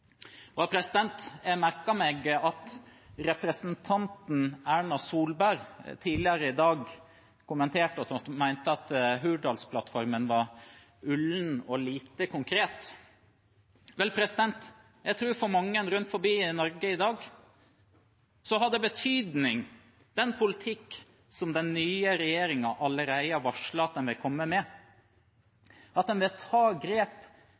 Jeg merket meg at representanten Erna Solberg tidligere i dag kommenterte og mente at Hurdalsplattformen var ullen og lite konkret. Vel, jeg tror faktisk at for mange rundt omkring i Norge i dag har den betydning, den nye politikken som regjeringen allerede har varslet at den vil komme med, at den vil ta grep